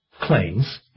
claims